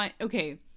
Okay